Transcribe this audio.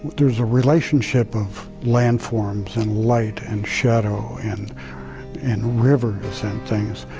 there's a relationships of landforms, and light, and shadow, and and rivers and things.